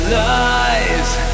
lies